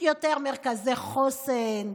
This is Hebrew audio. יותר מרכזי חוסן,